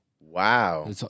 Wow